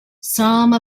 some